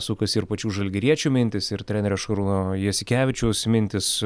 sukasi ir pačių žalgiriečių mintys ir trenerio šarūno jasikevičiaus mintys